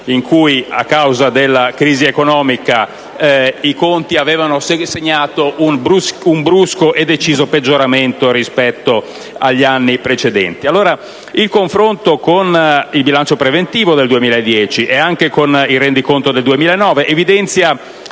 quali a causa della crisi economica i conti avevano segnato un brusco e deciso peggioramento rispetto agli anni precedenti. Il confronto con il bilancio preventivo del 2010, ed anche con il rendiconto del 2009, evidenzia